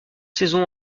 saisons